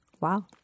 Wow